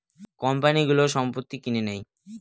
কোম্পানিগুলো সম্পত্তি কিনে নেয়